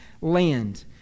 land